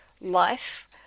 life